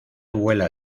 vuela